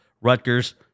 Rutgers